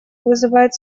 вызывает